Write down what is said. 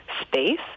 space